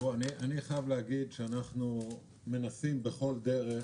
אני חייב להגיד שאנחנו מנסים בכל דרך